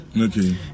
Okay